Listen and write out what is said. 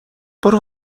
برو